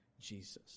Jesus